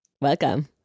Welcome